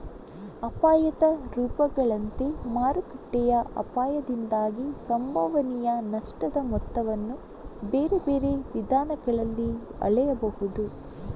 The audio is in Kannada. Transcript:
ಅಪಾಯದ ರೂಪಗಳಂತೆ ಮಾರುಕಟ್ಟೆಯ ಅಪಾಯದಿಂದಾಗಿ ಸಂಭವನೀಯ ನಷ್ಟದ ಮೊತ್ತವನ್ನು ಬೇರೆ ಬೇರೆ ವಿಧಾನಗಳಲ್ಲಿ ಅಳೆಯಬಹುದು